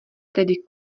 tedy